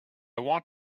want